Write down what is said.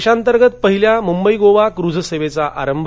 देशांतर्गत पहिल्या मुंबई गोवा क्रूझ सेवेचा आरंभ